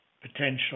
potential